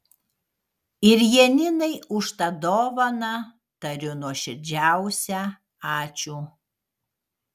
ir janinai už tą dovaną tariu nuoširdžiausią ačiū